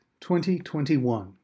2021